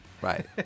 right